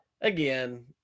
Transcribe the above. Again